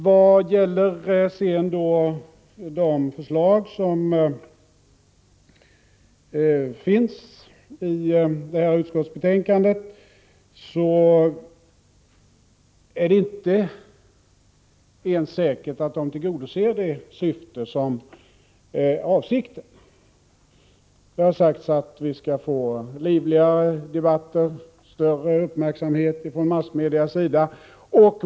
Det är inte ens säkert att de förslag som finns i detta utskottsbetänkande tillgodoser det syfte som är avsett. Det har sagts att vi skall få livligare debatter och större uppmärksamhet från massmedia.